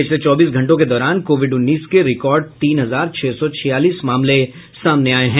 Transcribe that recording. पिछले चौबीस घंटों के दौरान कोविड उन्नीस के रिकॉर्ड तीन हजार छह सौ छियालीस मामले सामने आये हैं